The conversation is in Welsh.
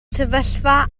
sefyllfa